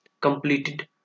completed